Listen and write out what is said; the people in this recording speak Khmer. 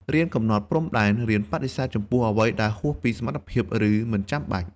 រៀនកំណត់ព្រំដែន រៀនបដិសេធចំពោះអ្វីដែលហួសពីសមត្ថភាព ឬមិនចាំបាច់។